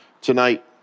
tonight